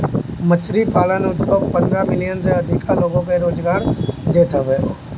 मछरी पालन उद्योग पन्द्रह मिलियन से अधिका लोग के रोजगार देत हवे